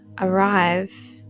arrive